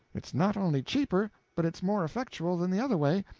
it's not only cheaper, but it's more effectual than the other way,